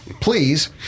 Please